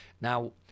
Now